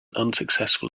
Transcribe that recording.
unsuccessful